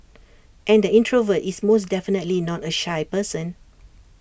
and the introvert is most definitely not A shy person